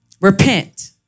Repent